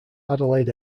adelaide